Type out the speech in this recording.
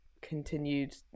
continued